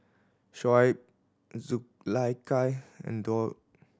Shoaib Zulaikha and Daud